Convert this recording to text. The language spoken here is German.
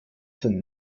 sind